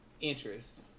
interest